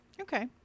Okay